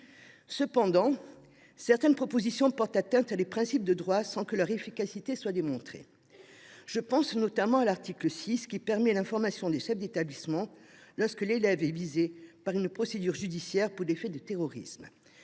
mesures de cette proposition de loi portent atteinte à des principes du droit sans que leur efficacité soit démontrée. Premièrement, l’article 6 permet l’information des chefs d’établissement lorsqu’un élève est visé par une procédure judiciaire pour des faits de terrorisme.